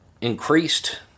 Increased